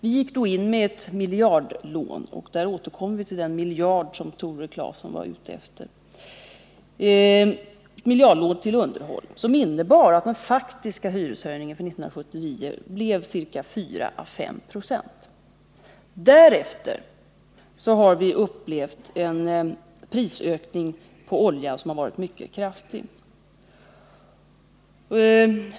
Vi gick då in med ett miljardlån till underhåll — här återkommer jag till den miljard som Tore Claeson syftade på — varigenom den faktiska hyreshöjningen för 1979 blev ca 4å 5 96. Därefter har vi fått en mycket kraftig oljeprisökning.